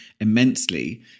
immensely